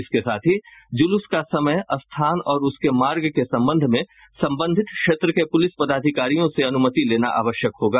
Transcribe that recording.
इसके साथ ही जुलूस का समय स्थान और उसके मार्ग के संबंध में संबंधित क्षेत्र के पुलिस पदाधिकारियों से अनुमति लेना आवश्यक होगा